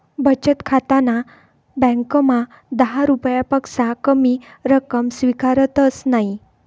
बचत खाताना ब्यांकमा दहा रुपयापक्सा कमी रक्कम स्वीकारतंस नयी